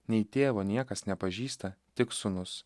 nei tėvo niekas nepažįsta tik sūnus